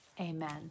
amen